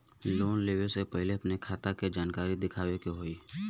Loan लेवे से पहिले अपने खाता के जानकारी दिखावे के होई?